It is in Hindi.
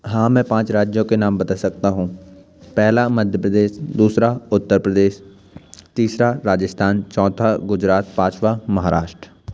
हाँ मैं पाँच राज्यों के नाम बता सकता हूँ पहला मध्य प्रदेश दूसरा उत्तर प्रदेश तीसरा राजस्थान चौथा गुजरात पाँचवा महाराष्ट्र